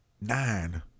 Nine